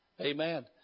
Amen